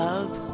Love